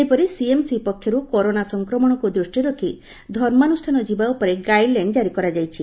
ସେହିପରି ସିଏମ୍ସି ପକ୍ଷରୁ କରୋନା ସଂକ୍ରମଣକୁ ଦୂଷ୍ଟିରେ ରଖି ଧର୍ମାନୁଷ୍ଠାନ ଯିବା ଉପରେ ଗାଇଡ୍ଲାଇନ୍ ଜାରି କରାଯାଇଛି